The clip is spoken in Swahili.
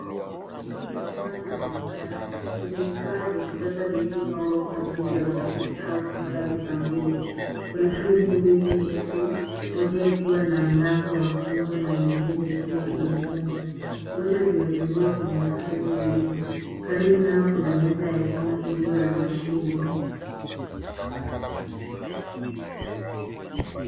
Hiki ni chumba cha maabara chenye vifaa vya kisasa vilivyopangwa kwa ajili ya utafiti au kuhifadhi sampuli. Kuna friji mbili ndefu, moja ikiwa na mlango wa kioo na nyingine ikiwa imefungwa. Zote zimetumiwa kuhifadhi vitu. Karibu nayo kuna meza ya chuma iliyo na mashine.